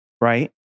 right